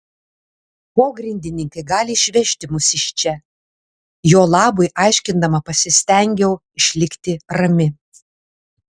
pogrindininkai gali išvežti mus iš čia jo labui aiškindama pasistengiau išlikti rami